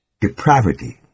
depravity